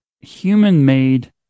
human-made